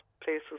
places